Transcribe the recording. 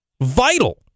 Vital